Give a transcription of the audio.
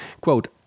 quote